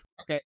Okay